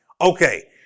Okay